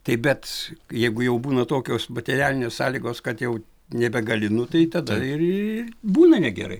tai bet jeigu jau būna tokios materialinės sąlygos kad jau nebegali nu tai tada ir iii būna negerai